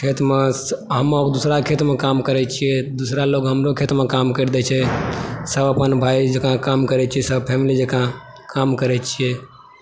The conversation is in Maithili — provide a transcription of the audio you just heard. खेतमे हम दूसराके खेतमे काम करै छियै दूसरा लोक हमरो खेतमे काम करि दै छै सब अपन भाय जेकाँ काम करै छियै सब फैमिली जेकाँ काम करयछियै